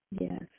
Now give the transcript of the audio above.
Yes